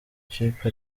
kipe